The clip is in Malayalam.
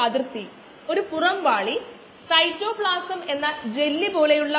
അതിനാൽ ഈ rx മറ്റൊന്നുമല്ല dx dt